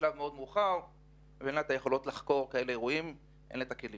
בשלב מאוד מאוחר ואין לה את היכולות לחקור אירועים כאלה ולא את הכלים